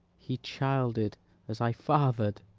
he childed as i fathered